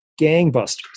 gangbusters